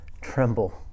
tremble